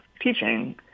teaching